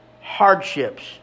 hardships